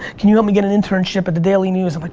can you help me get an internship at the daily news? but